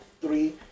Three